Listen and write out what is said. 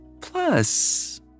Plus